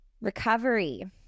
Recovery